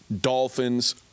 Dolphins